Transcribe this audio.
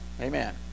Amen